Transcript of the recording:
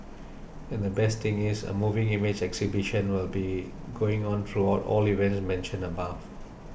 and the best thing is a moving image exhibition will be going on throughout all the events mentioned above